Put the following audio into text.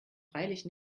freilich